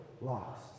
lost